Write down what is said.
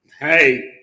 Hey